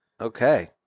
Okay